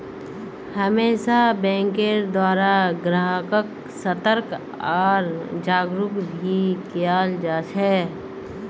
हमेशा बैंकेर द्वारा ग्राहक्क सतर्क आर जागरूक भी कियाल जा छे